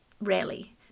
rarely